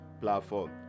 platform